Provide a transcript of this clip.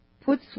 put